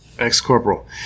Ex-corporal